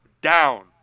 down